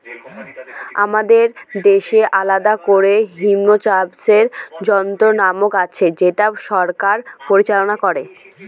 আমাদের দেশে আলাদা করে হর্টিকালচারের মন্ত্রণালয় আছে যেটা সরকার পরিচালনা করে